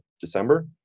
December